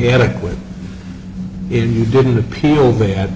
it and you didn't appeal they had